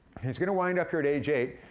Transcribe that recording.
he's gonna wind up here at age eight,